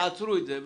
תעצרו את זה,